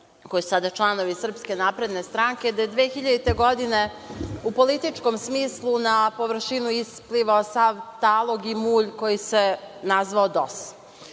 koji su sada članovi SNS da je 2000. godine u političkom smislu na površinu isplivao sav talog i mulj koji se nazvao DOS.